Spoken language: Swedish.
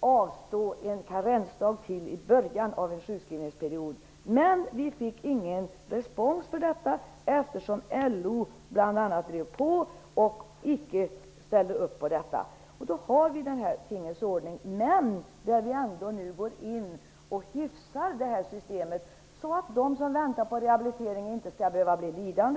avstå en karensdag till i början av en sjukskrivningsperiod. Men vi fick ingen respons för detta eftersom bl.a. LO inte ställde upp på det. Då har vi denna tingens ordning. Vi går ändå in och hyfsar systemet så att de som väntar på rehabilitering inte skall behöva bli lidande.